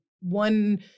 one